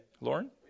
Lauren